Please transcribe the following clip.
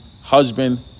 husband